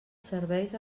serveis